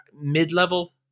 mid-level